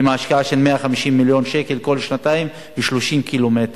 עם השקעה של 150 מיליון שקל בכל שנתיים ו-30 קילומטר.